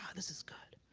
ah this is good